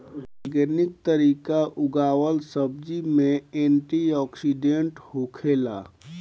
organic तरीका उगावल सब्जी में एंटी ओक्सिडेंट होखेला